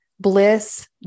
bliss